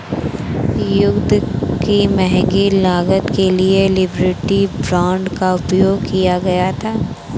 युद्ध की महंगी लागत के लिए लिबर्टी बांड का उपयोग किया गया था